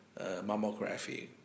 mammography